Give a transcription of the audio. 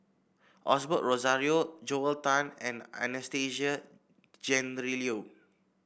Osbert Rozario Joel Tan and Anastasia Tjendri Liew